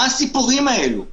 מה הסיפורים האלו?